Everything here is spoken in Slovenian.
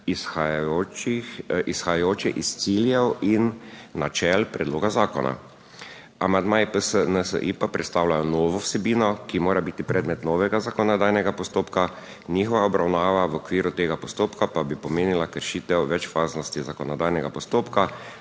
izhajajoče iz ciljev in načel predloga zakona. Amandmaji PS NSi pa predstavljajo novo vsebino, ki mora biti predmet novega zakonodajnega postopka, njihova obravnava v okviru tega postopka pa bi pomenila kršitev večfaznosti zakonodajnega postopka,